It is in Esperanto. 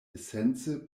esence